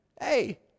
Hey